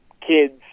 kids